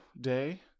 Day